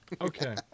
Okay